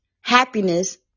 happiness